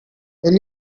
will